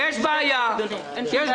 אין מניעה משפטית להשתמש בדרך הזאת.